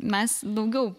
mes daugiau